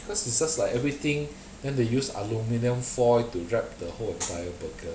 cause it's just like everything then they use aluminium foil to wrap the whole entire burger